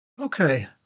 Okay